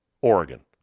Oregon